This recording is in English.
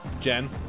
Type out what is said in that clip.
Jen